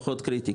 זה פחות קריטי,